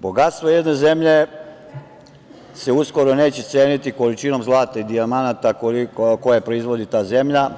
Bogatstvo jedne zemlje se uskoro neće ceniti količinom zlata i dijamanata koje proizvodi ta zemlja,